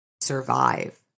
Survive